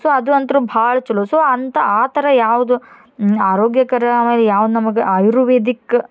so ಅದು ಅಂತೂ ಭಾಳ ಚಲೋ ಸೊ ಅಂತ ಆ ಥರ ಯಾವುದು ಆರೋಗ್ಯಕರ ಆಮೇಲೆ ಯಾವ್ದು ನಮಗೆ ಆಯುರ್ವೇದಿಕ್